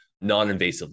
non-invasively